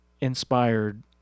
inspired